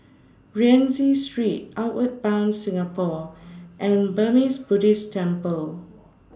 Rienzi Street Outward Bound Singapore and Burmese Buddhist Temple